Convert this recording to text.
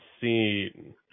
scene